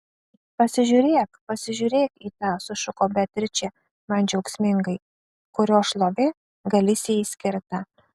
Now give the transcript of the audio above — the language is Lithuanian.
pasižiūrėk pasižiūrėk į tą sušuko beatričė man džiaugsmingai kurio šlovė galisijai skirta